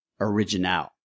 original